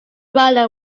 rhino